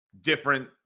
different